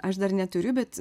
aš dar neturiu bet